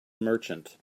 merchant